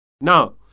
Now